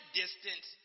distance